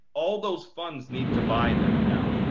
all those funds need to buy that now.